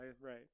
right